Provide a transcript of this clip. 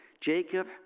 Jacob